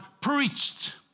preached